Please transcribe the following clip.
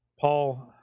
Paul